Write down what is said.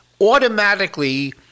automatically